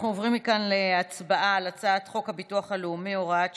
אנחנו עוברים מכאן להצבעה על הצעת חוק הביטוח הלאומי (הוראת שעה,